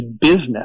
business